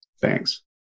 Thanks